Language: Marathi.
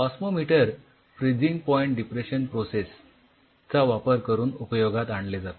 osmometer freezing point depression process चा वापर करून उपयोगात आणले जाते